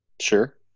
sure